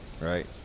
right